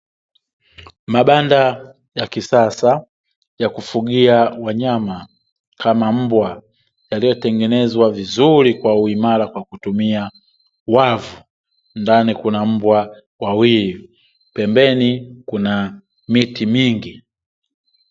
Mabanda ya kisasa ya kufugia wanyama kama mbwa yaliyotengenezwa vizuri kwa uimara kwa kutumia wavu, ndani kuna mbwa wawili, pembeni kuna miti mingi.